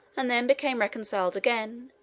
and then became reconciled again,